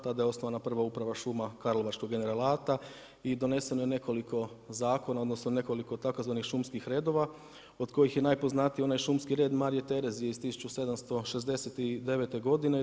Tada je osnovana prva Uprava šuma Karlovačkog generalata i doneseno je nekoliko zakona, odnosno nekoliko tzv. šumskih redova od kojih je najpoznatiji onaj šumski red Marije Terezije iz 1769. godine.